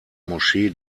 moschee